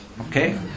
Okay